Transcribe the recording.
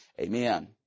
amen